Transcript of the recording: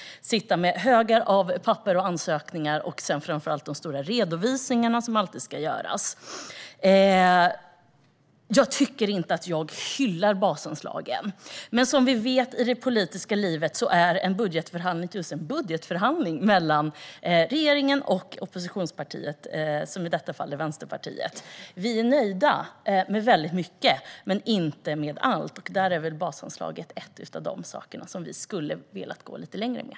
De sitter med högar av papper och ansökningar, och sedan är det framför allt stora redovisningar som alltid ska göras. Jag hyllar inte basanslagen. Men som vi vet i det politiska livet är en budgetförhandling fråga om en förhandling mellan regeringen och oppositionspartiet - i detta fall Vänsterpartiet. Vi är nöjda med mycket, men inte med allt. Där är basanslaget en av de saker som vi skulle ha velat gå lite längre med.